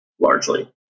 Largely